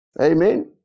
Amen